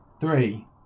Three